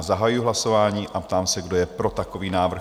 Zahajuji hlasování a ptám se, kdo je pro takový návrh?